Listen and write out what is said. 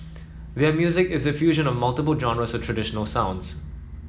their music is a fusion of multiple genres of traditional sounds